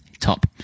top